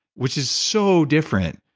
which is so different.